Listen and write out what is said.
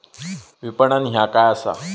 विपणन ह्या काय असा?